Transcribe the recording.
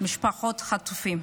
משפחות החטופים.